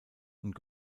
und